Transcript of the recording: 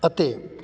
ਅਤੇ